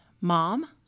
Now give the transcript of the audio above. Mom